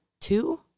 two